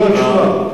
זה הכול?